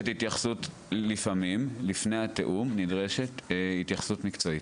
לפעמים, לפני התיאום נדרשת התייחסות מקצועית.